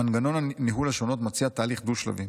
מנגנון ניהול השונות מציע תהליך דו-שלבי.